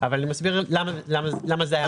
אבל אני מסביר למה זה היה ככה.